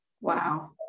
Wow